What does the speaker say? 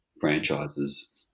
franchises